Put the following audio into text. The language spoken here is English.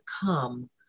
come